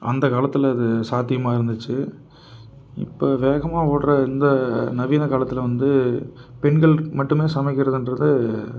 அந்த காலத்தில் அது சாத்தியமாக இருந்துச்சு இப்போ வேகமாக ஓடுகிற இந்த நவீன காலத்தில் வந்து பெண்கள் மட்டுமே சமைக்கிறதுன்றது